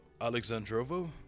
Alexandrovo